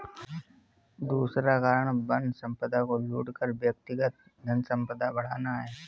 दूसरा कारण वन संपदा को लूट कर व्यक्तिगत धनसंपदा बढ़ाना है